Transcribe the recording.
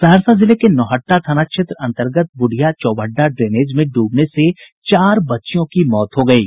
सहरसा जिले के नौहट्टा थाना क्षेत्र अंतर्गत बुढ़िया चौभड्डा ड्रेनेज में ड्रबने से चार बच्चियों की मौत हो गयी